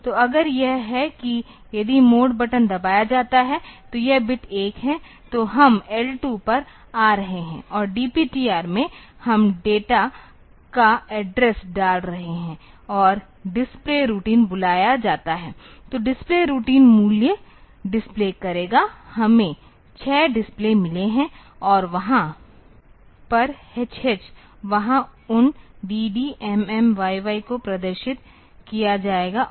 तो अगर यह है कि यदि मोड बटन दबाया जाता है तो यह बिट 1 है तो हम L2 पर आ रहे हैं और DPTR में हम डेट का एड्रेस डाल रहे हैं और डिस्प्ले रूटीन बुलाया जाता है तो डिस्प्ले रूटीन मूल्य डिस्प्ले करेगा हमें 6 डिस्प्ले मिले हैं और वहां पर hh वहां उन dd mm yy को प्रदर्शित किया जाएगा